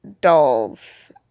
dolls